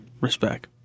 Respect